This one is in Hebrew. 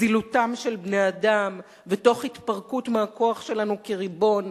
זילותם של בני-אדם ותוך התפרקות מהכוח שלנו כריבון,